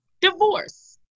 divorce